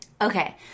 Okay